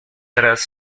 tras